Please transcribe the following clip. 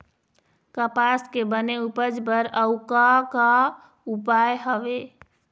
कपास के बने उपज बर अउ का का उपाय हवे?